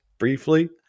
briefly